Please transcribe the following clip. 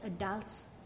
adults